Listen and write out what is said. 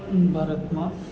ભારતમાં